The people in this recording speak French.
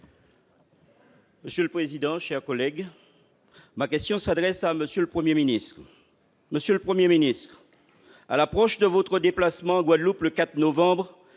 Monsieur le président, mes chers collègues, ma question s'adresse à M. le Premier ministre. Monsieur le Premier ministre, à l'approche de votre déplacement en Guadeloupe, le 4 novembre